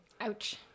Ouch